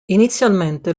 inizialmente